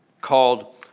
called